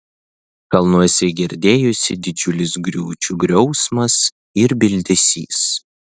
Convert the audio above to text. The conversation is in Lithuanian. kalnuose girdėjosi didžiulis griūčių griausmas ir bildesys